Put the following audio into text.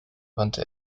wandte